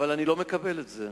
אבל אני לא מקבל את זה.